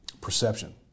Perception